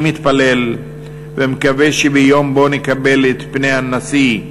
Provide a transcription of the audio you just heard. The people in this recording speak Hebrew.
אני מתפלל ומקווה שביום שבו נקבל את פני הנשיא,